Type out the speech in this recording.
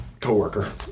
Coworker